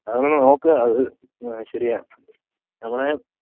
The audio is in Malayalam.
അത് ഒന്ന് നോക്ക് അത് ആ ശരിയാണ് നമ്മളെ